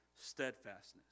steadfastness